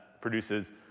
produces